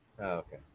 Okay